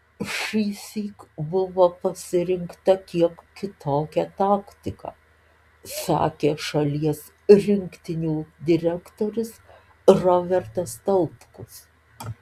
šįsyk buvo pasirinkta kiek kitokia taktika sakė šalies rinktinių direktorius robertas tautkus